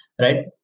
right